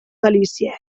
galícia